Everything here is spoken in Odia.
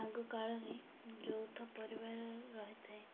ଆଗକାଳରେ ଯୌଥ ପରିବାର ରହିଥାଏ